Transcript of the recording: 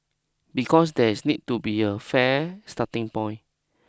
because there is need to be a fair starting point